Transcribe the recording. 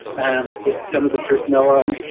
and with some of the personnel on.